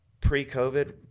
pre-COVID